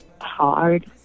hard